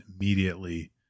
immediately